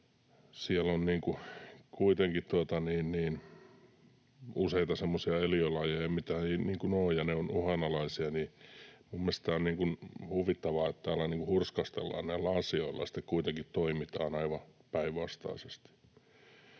Siellä on kuitenkin useita semmoisia eliölajeja, mitä ei ole... Ne ovat uhanalaisia. Minun mielestäni tämä on huvittavaa, että täällä hurskastellaan näillä asioilla ja sitten kuitenkin toimitaan aivan päinvastaisesti.